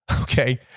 okay